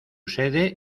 sede